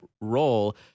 role